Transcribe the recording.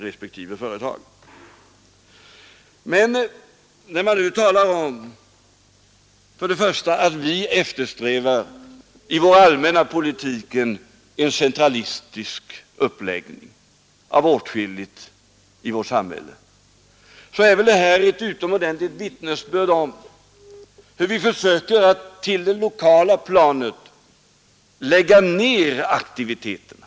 Man talar ofta från borgerligt håll om att socialdemokraterna först och främst i sin allmänna politik eftersträvar en centralistisk uppläggning av åtskilligt i samhället. Men det förslag som nu diskuteras är väl ett utomordentligt vittnesbörd om hur vi försöker att till det lokala planet lägga ner aktiviteterna.